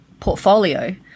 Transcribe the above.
portfolio